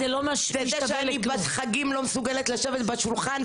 אני בחגים לא מסוגלת לשבת בשולחן,